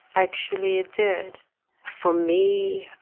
actually, it did for me.